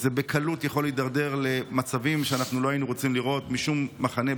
זה בקלות יכול להידרדר למצבים שלא היינו רוצים לראות בשום מחנה,